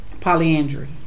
Polyandry